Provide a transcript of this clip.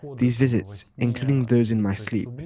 these visits, including those in my sleep, but